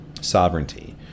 Sovereignty